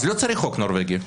לא צריך חוק נורבגי.